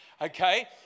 Okay